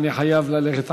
אני חייב ללכת על-פי,